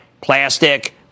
Plastic